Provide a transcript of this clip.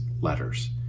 letters